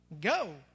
Go